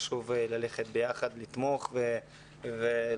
חשוב ללכת ביחד ולתמוך ולעזור.